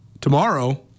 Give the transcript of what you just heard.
Tomorrow